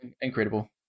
incredible